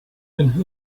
then